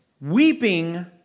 weeping